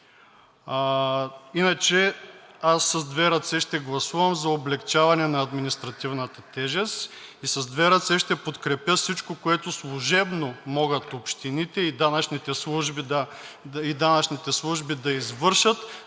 Иначе аз с две ръце ще гласувам за облекчаване на административната тежест и с две ръце ще подкрепя всичко, което служебно могат общините и данъчните служби да извършат,